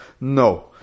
No